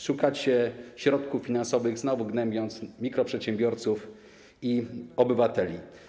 Szukacie środków finansowych, znowu gnębiąc mikroprzedsiębiorców i obywateli.